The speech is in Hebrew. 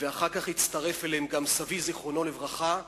ואחר כך הצטרף אליהם גם סבי זיכרונו לברכה.